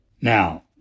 Now